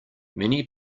many